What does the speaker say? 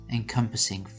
encompassing